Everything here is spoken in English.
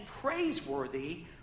praiseworthy